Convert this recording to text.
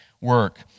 work